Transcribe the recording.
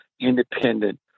independent